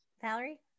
Valerie